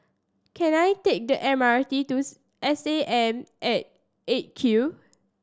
can I take the M R T to S A M at Eight Q